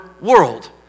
world